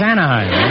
Anaheim